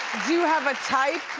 do you have a type,